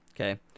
Okay